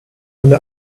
eine